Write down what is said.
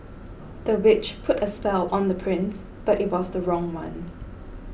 the witch put a spell on the prince but it was the wrong one